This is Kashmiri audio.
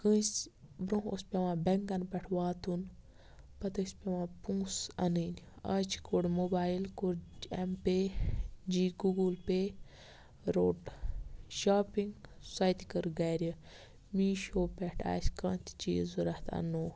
کٲنٛسہِ برونٛہہ اوس پیٚوان بینٛکَن پیٚٹھ واتُن پَتہٕ ٲسۍ پیٚوان پونٛسہٕ اَنٕنۍ آز چھ کوٚڑ موبایل کوٚڑ ایٚم پے جی گوٗگل پے روٚٹ شاپِنٛگ سۄ تہِ کٔر گَرِ میٖشو پیٚٹھ آسہ کانٛہہ تہِ چیٖز ضوٚرَتھ اَنو